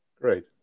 Great